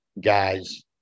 guys